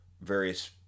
various